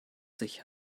sich